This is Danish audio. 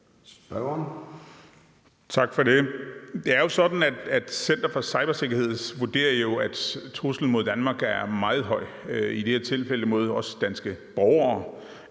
Tak for det. Det er jo sådan, at Center for Cybersikkerhed vurderer, at truslen mod Danmark er meget stor, i det her tilfælde også mod danske borgere.